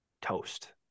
toast